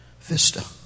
vista